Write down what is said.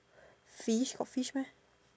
fish got fish meh